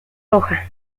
roja